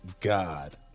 God